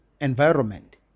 environment